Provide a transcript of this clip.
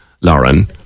Lauren